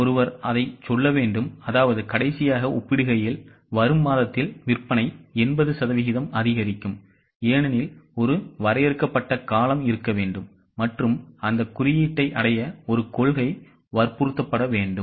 ஒருவர் அதைச் சொல்ல வேண்டும் அதாவது கடைசியாக ஒப்பிடுகையில் வரும் மாதத்தில் விற்பனை 80 சதவீதம் அதிகரிக்கும் ஏனெனில் ஒரு வரையறுக்கப்பட்ட காலம் இருக்க வேண்டும் மற்றும் அந்தக் குறியீட்டை அடைய ஒரு கொள்கை வற்புறுத்தப்பட வேண்டும்